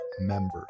members